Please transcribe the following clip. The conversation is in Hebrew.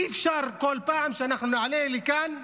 אי-אפשר שבכל פעם שנעלה לכאן,